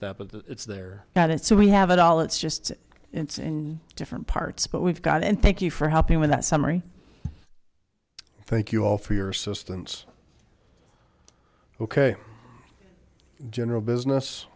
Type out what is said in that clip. that but it's there got it so we have it all it's just it's in different parts but we've got and thank you for helping with that summary thank you all for your systems ok general business